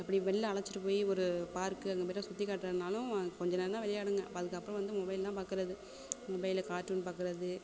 அப்படி வெளியில் அழைச்சிட்டு போய் ஒரு பார்க்கு அந்தமாதிரிலாம் சுற்றி காட்டுறதுனாலும் அது கொஞ்ச நேரம்தான் விளையாடுங்க அப்போ அதுக்கப்புறம் வந்து மொபைல் தான் பார்க்குறது மொபைலில் கார்ட்டூன் பார்க்குறது